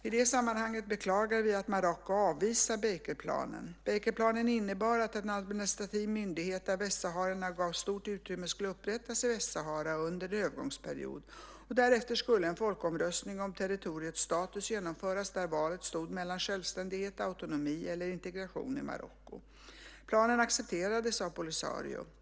I det sammanhanget beklagar vi att Marocko avvisade Bakerplanen. Bakerplanen innebar att en administrativ myndighet, där västsaharierna gavs stort utrymme, skulle upprättas i Västsahara under en övergångsperiod. Därefter skulle en folkomröstning om territoriets status genomföras där valet stod mellan självständighet, autonomi eller integration i Marocko. Planen accepterades av Polisario.